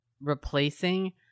replacing